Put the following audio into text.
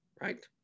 Right